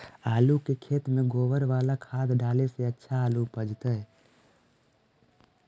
आलु के खेत में गोबर बाला खाद डाले से अच्छा आलु उपजतै?